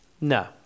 no